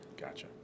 Gotcha